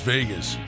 Vegas